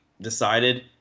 decided